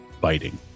biting